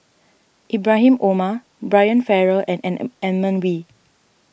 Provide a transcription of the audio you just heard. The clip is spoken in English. Ibrahim Omar Brian Farrell and Edmund Wee